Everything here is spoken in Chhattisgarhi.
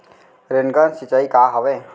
रेनगन सिंचाई का हवय?